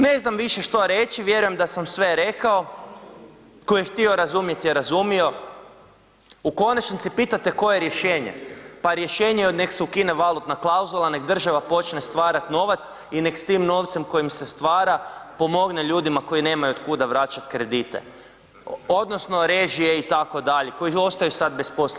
Ne znam više što reći, vjerujem da sam sve rekao, koje htio razumjet je razumio, u konačnici pitate koje je rješenje, pa rješenje je nek se ukine valutna klauzula, nek država počne stvarat novac i nek s tim novcem kojim se stvara, pomogne ljudima koji nemaju od kuda vraćat kredite odnosno režije itd., koji ostaju sad bez posla.